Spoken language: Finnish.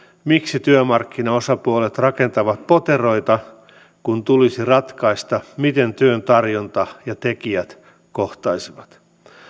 miksi työmarkkinaosapuolet rakentavat poteroita kun tulisi ratkaista miten työn tarjonta ja tekijät kohtaisivat